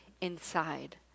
inside